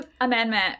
Amendment